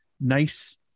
nice